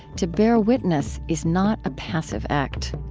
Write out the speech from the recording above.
to bear witness is not a passive act.